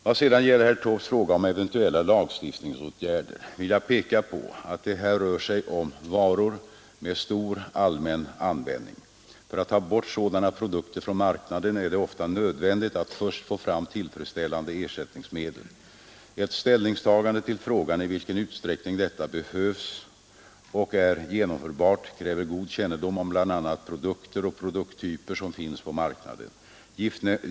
Vad sedan gäller herr Taubes fråga om eventuella lagstiftningsåtgärder, vill jag peka på att det här rör sig om varor med stor allmän användning För att ta bort sådana produkter från marknaden är det ofta nödvändigt att först få fram tillfredsställande ersättningsmedel. Ett ställningstagande till frågan i vilken utsträckning detta behövs och är genomförbart kräver god kännedom om bl.a. produkter och produkttyper som finns på marknaden.